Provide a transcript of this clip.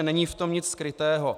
Není v tom nic skrytého.